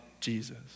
Jesus